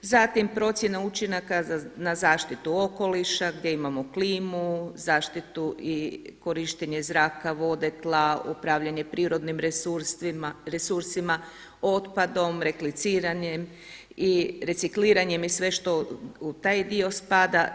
Zatim procjena učinaka na zaštitu okoliša gdje imamo klimu, zaštitu i korištenje zraka, vode, tla, upravljanje prirodnim resursima, otpadom, recikliranjem i sve što u taj dio spada.